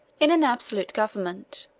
in an absolute government,